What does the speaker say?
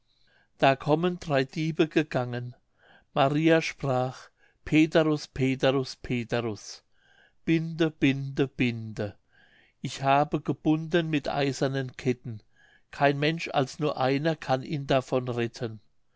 da kommen drei diebe gegangen maria sprach peterus peterus peterus binde binde binde ich habe gebunden mit eisernen ketten kein mensch als nur einer kann ihn davon retten